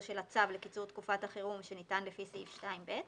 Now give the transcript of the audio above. של הצו לקיצור תקופת החירום שניתן לפי סעיף 2(ב);